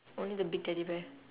only the big teddy bear